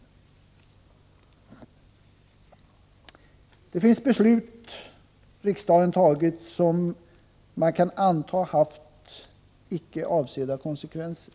En del av de beslut riksdagen fattat kan antas ha fått icke avsedda konsekvenser.